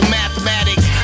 mathematics